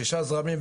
שישה זרמים,